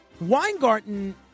Weingarten